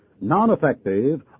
non-effective